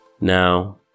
Now